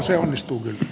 se onnistuu kyllä